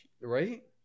Right